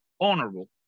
honorable